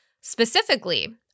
Specifically